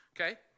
Okay